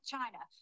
China